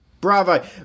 Bravo